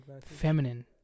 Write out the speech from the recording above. feminine